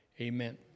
Amen